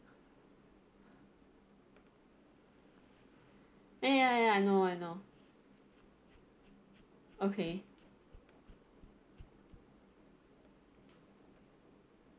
ya ya ya I know I know okay